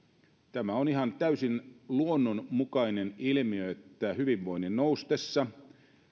tämä on ihan täysin luonnonmukainen ilmiö että hyvinvoinnin noustessa